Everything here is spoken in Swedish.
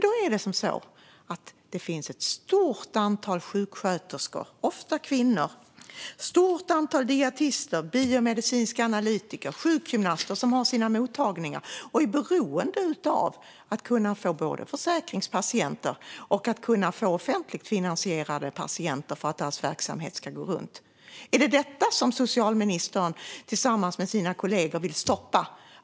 Då är det så att det finns ett stort antal sjuksköterskor, ofta kvinnor, och ett stort antal dietister, biomedicinska analytiker och sjukgymnaster som har sina mottagningar och är beroende av att kunna få både försäkringspatienter och offentligt finansierade patienter för att deras verksamhet ska gå runt. Är det detta som socialministern tillsammans med sina kollegor vill stoppa?